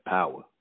power